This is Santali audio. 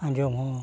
ᱟᱸᱡᱚᱢ ᱦᱚᱸ